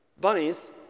bunnies